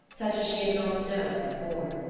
such as she had not known before.